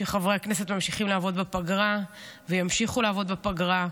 שחברי הכנסת ממשיכים לעבוד בפגרה וימשיכו לעבוד בפגרה,